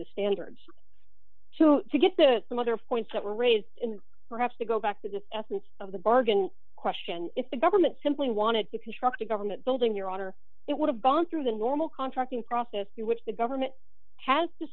the standards to get the some other points that were raised and perhaps to go back to the essence of the bargain question if the government simply wanted to construct a government building your honor it would have gone through the normal contracting process through which the government has to